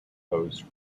those